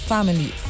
Family